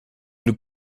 nous